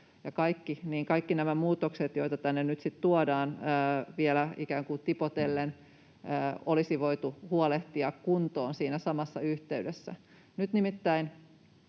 kaikki nämä muutokset, joita tänne nyt tuodaan vielä ikään kuin tipotellen, olisi huolehdittu kuntoon siinä samassa yhteydessä. Nyt nimittäin